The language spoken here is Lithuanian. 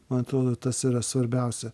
man atrodo tas yra svarbiausia